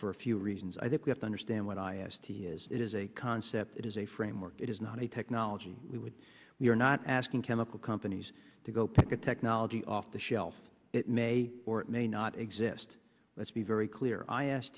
for a few reasons i think we have to understand what i asked he is it is a concept it is a framework it is not a technology we would we're not asking chemical companies to go pick a technology off the shelf it may or may not exist let's be very clear i